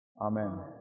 Amen